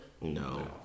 No